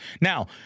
Now